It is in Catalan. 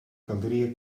caldria